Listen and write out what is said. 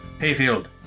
Hayfield